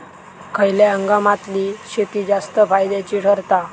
खयल्या हंगामातली शेती जास्त फायद्याची ठरता?